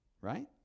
Right